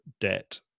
debt